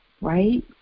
right